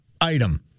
item